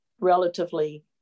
relatively